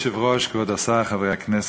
אדוני היושב-ראש, כבוד השר, חברי הכנסת,